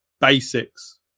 basics